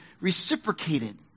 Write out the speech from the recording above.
reciprocated